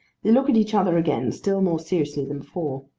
they look at each other again, still more seriously than before.